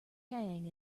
tang